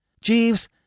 Jeeves